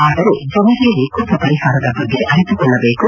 ಆದರೆ ಜನರೇ ವಿಕೋಪ ಪರಿಹಾರದ ಬಗ್ಗೆ ಅರಿತುಕೊಳ್ಳಬೇಕು